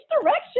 direction